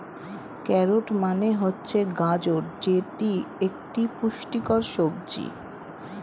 carrot মানে হচ্ছে গাজর যেটি একটি পুষ্টিকর সবজি